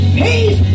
peace